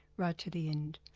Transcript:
right to the end.